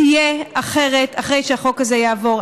תהיה אחרת אחרי שהחוק הזה יעבור.